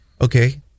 okay